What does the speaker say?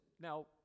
now